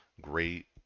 great